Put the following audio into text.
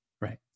Right